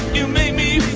you made me